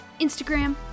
instagram